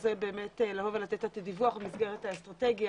זה באמת לבוא ולתת את הדיווח במסגרת האסטרטגיה